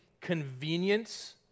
convenience